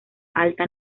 alta